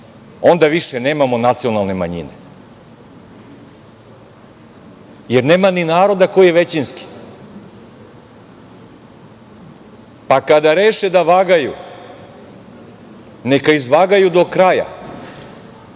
onda više nemamo nacionalne manjine, jer nema ni naroda koji je većinski. Pa, kada reše da vagaju, neka izvagaju do kraja. Imali